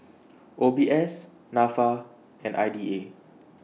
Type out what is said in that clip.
O B S Nafa and I D A